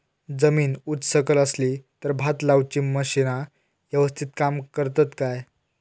जमीन उच सकल असली तर भात लाऊची मशीना यवस्तीत काम करतत काय?